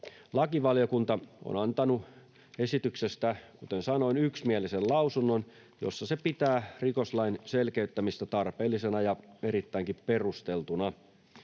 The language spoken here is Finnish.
Lakivaliokunta on antanut esityksestä, kuten sanoin, yksimielisen lausunnon, jossa se pitää rikoslain selkeyttämistä tarpeellisena ja erittäinkin perusteltuna.